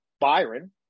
Byron